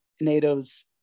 NATO's